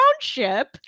Township